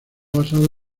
basado